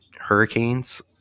Hurricanes